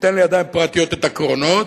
ניתן לידיים פרטיות את הקרונות,